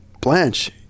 Blanche